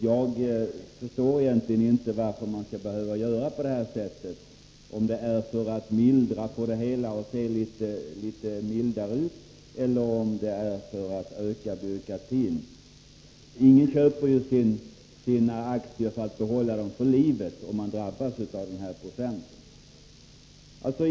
Jag förstår egentligen inte varför man skall behöva göra på detta sätt — om det är för att mildra det hela och för att det skall se litet bättre ut, eller om det är för att öka byråkratin. Ingen kommer ju att köpa aktier för att behålla dem för livet, därför drabbas man av 1 96.